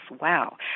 Wow